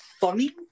funny